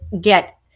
get